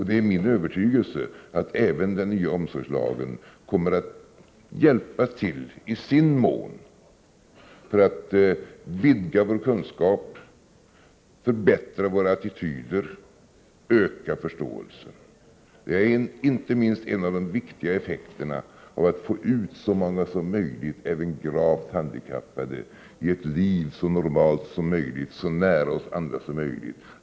Det är min övertygelse att den nya omsorgslagen kommer att hjälpa till i sin mån för att vidga vår kunskap, förbättra våra attityder och öka förståelsen. Det är en av de viktiga effekterna av att få ut så många som möjligt, även gravt handikappade, i ett så normalt liv som möjligt, så nära oss andra som möjligt.